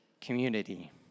community